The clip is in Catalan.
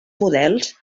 models